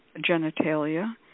genitalia